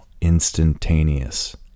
Instantaneous